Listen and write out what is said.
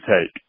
take